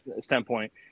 standpoint